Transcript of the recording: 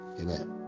Amen